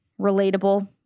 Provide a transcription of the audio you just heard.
relatable